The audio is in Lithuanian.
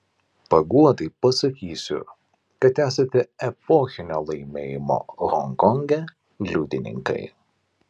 paguodai pasakysiu kad esate epochinio laimėjimo honkonge liudininkai